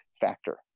factor